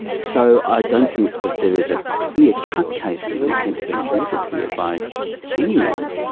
so i don't think that there is a clear-cut case of an offence being committed here by any means,